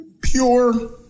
Pure